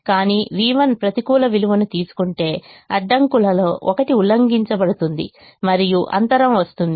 కానీ v1 ప్రతికూల విలువను తీసుకుంటే అడ్డంకిలలో ఒకటి ఉల్లంఘించబడుతుంది మరియు అంతరం వస్తుంది